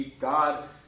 God